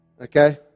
Okay